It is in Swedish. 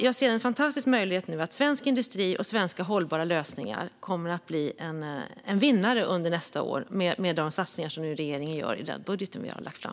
Jag ser en fantastisk möjlighet att svensk industri och svenska hållbara lösningar kommer att bli vinnare under nästa år, med de satsningar som regeringen nu gör i den budget som vi har lagt fram.